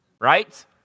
right